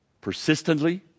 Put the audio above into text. persistently